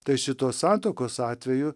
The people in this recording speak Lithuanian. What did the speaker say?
tai šitos santuokos atveju